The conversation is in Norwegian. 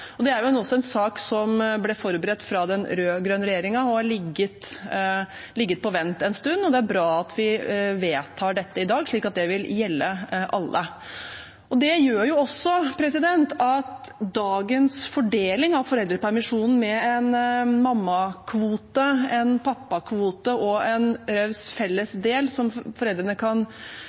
Det er en sak som ble forberedt fra den rød-grønne regjeringen, den har ligget på vent en stund, og det er bra at vi vedtar dette i dag, slik at det vil gjelde alle. Dette gjør også at dagens fordeling av foreldrepermisjonen med en mammakvote, en pappakvote og en felles del som foreldrene kan